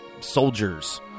soldiers